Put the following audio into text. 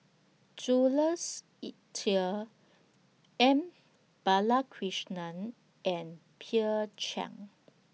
Jules Itier M Balakrishnan and peer Chiang